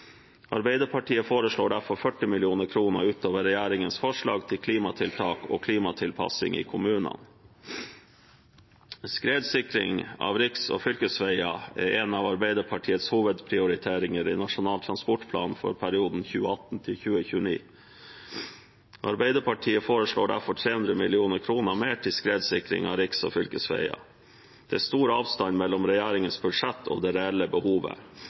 Arbeiderpartiet foreslår derfor 40 mill. kr utover regjeringens forslag til klimatiltak og klimatilpassing i kommunene. Skredsikring av riks- og fylkesveier er en av Arbeiderpartiets hovedprioriteringer i Nasjonal transportplan for perioden 2018–2029. Arbeiderpartiet foreslår derfor 300 mill. kr mer til skredsikring av riks- og fylkesveier. Det er stor avstand mellom regjeringens budsjett og det reelle behovet.